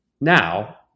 now